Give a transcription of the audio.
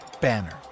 banner